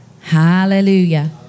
Hallelujah